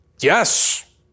Yes